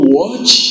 watch